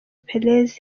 perez